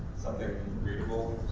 something read-able,